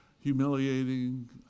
humiliating